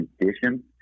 condition